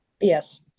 Yes